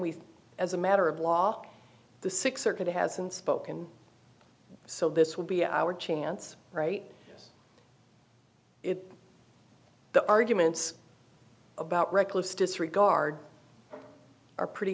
we as a matter of law the six are going to hasn't spoken so this will be our chance right if the arguments about reckless disregard are pretty